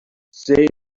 say